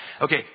Okay